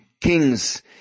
kings